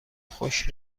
خشک